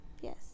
Yes